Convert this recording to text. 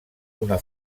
una